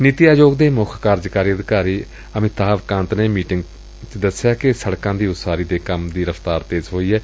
ਨੀਤੀ ਆਯੋਗ ਦੇ ਮੁੱਖ ਕਾਰਜਕਾਰੀ ਅਧਿਕਾਰੀ ਅਮਿਤਾਭ ਕਾਂਤ ਨੇ ਮੀਟਿੰਗ ਚ ਦਸਿਆ ਕਿ ਸੜਕਾਂ ਦੀ ਉਸਾਰੀ ਦੇ ਕੰਮ ਦੀ ਰਫ਼ਤਾਰ ਤੇਜ਼ ਹੋਈ ਏ